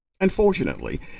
Unfortunately